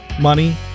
money